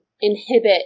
inhibit